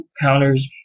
counters